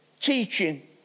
teaching